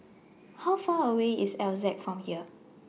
How Far away IS Altez from here